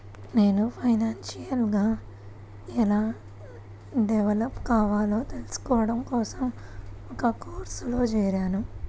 నేను ఫైనాన్షియల్ గా ఎలా డెవలప్ కావాలో తెల్సుకోడం కోసం ఒక కోర్సులో జేరాను